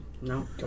No